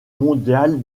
mondial